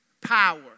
power